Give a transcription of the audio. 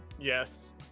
yes